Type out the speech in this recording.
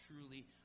truly